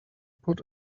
put